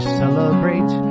celebrate